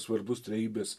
svarbus trejybės